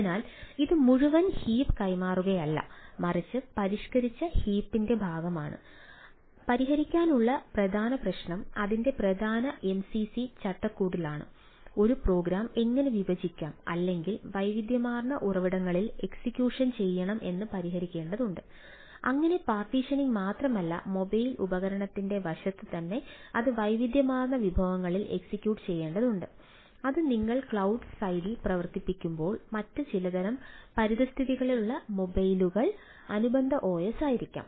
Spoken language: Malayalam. അതിനാൽ ഇത് മുഴുവൻ ഹീപ്പ് അനുബന്ധ OS ആയിരിക്കാം